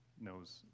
knows